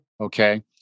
Okay